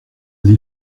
les